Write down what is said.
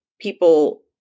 people